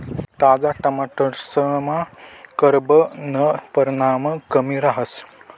ताजा टमाटरसमा carbon परमाण कमी रहास